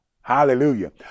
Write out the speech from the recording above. hallelujah